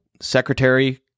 secretary